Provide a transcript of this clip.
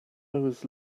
was